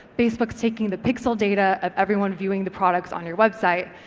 facebook's taking the pixel data of everyone viewing the products on your website,